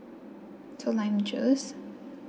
till nine